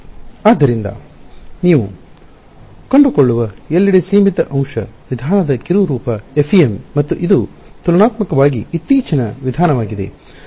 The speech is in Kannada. ಆದ್ದರಿಂದ ನೀವು ಕಂಡುಕೊಳ್ಳುವ ಎಲ್ಲೆಡೆ ಸೀಮಿತ ಅಂಶ ವಿಧಾನದ ಕಿರು ರೂಪ FEM ಮತ್ತು ಇದು ತುಲನಾತ್ಮಕವಾಗಿ ಇತ್ತೀಚಿನ ವಿಧಾನವಾಗಿದೆ